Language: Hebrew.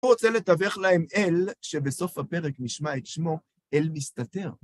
הוא רוצה לתווך להם אל שבסוף הפרק נשמע את שמו אל מסתתר.